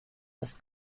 das